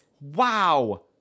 Wow